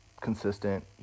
consistent